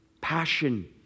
passion